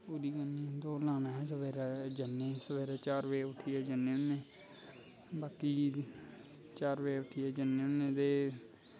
मैह्नत पूरी करनी दौड़ लान अस जन्ने चार बज़े उट्ठियै जन्ने होने बाकी चार बज़े उट्ठियै जन्ने होनें ते